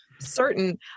certain